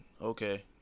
Okay